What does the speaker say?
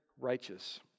righteous